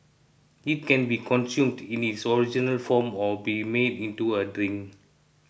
it can be consumed in its original form or be made into a drink